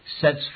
sets